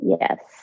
Yes